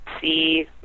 see